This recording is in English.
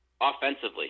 offensively